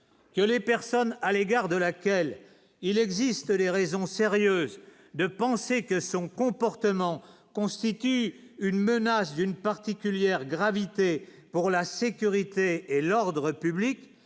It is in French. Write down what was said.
que les personnes à l'égard de laquelle il existe des raisons sérieuses de penser que son comportement constitue une menace d'une particulière gravité pour la sécurité et l'ordre public